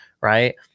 right